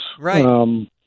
Right